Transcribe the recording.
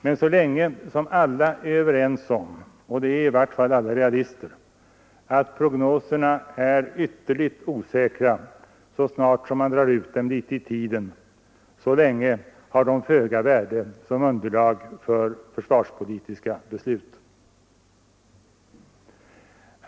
Men så länge alla är överens om — och det är i vart fall alla realister — att prognoserna är ytterligt osäkra så snart man drar ut dem litet i tiden, så länge har de föga värde som underlag för försvarspolitiska beslut.